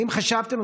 האם חשבתם,